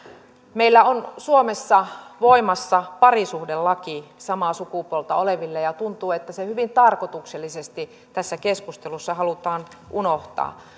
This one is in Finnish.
meillä on suomessa voimassa parisuhdelaki samaa sukupuolta oleville ja tuntuu että se hyvin tarkoituksellisesti tässä keskustelussa halutaan unohtaa